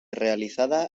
realizada